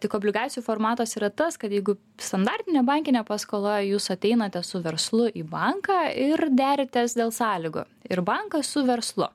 tik obligacijų formatas yra tas kad jeigu standartinė bankinė paskola jūs ateinate su verslu į banką ir deratės dėl sąlygų ir bankas su verslu